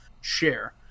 share